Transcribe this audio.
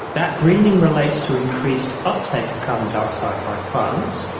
that greening relates to increased uptake of carbon dioxide by plants,